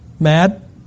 Mad